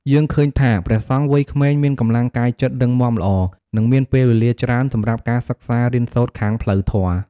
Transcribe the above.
យើងឃើញថា ព្រះសង្ឃវ័យក្មេងមានកម្លាំងកាយចិត្តរឹងមាំល្អ និងមានពេលវេលាច្រើនសម្រាប់ការសិក្សារៀនសូត្រខាងផ្លូវធម៌។